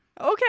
Okay